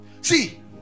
See